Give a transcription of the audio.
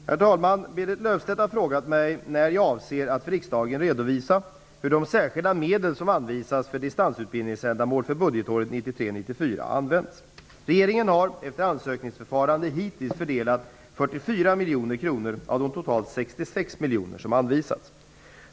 Herr talman! Berit Löfstedt har frågat mig när jag avser att för riksdagen redovisa hur de särskilda medel som anvisats för distansutbildningsändamål för budgetåret 1993/94 använts. Regeringen har, efter ansökningsförfarande, hittills fördelat 44 miljoner kronor av de totalt 66 miljoner som anvisats.